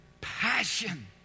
passion